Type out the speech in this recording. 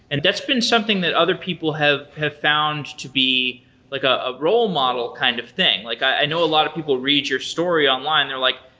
and that's been something that other people have have found to be like a role model kind of thing. like i know a lot of people read your story online and they're like,